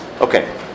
okay